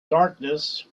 darkness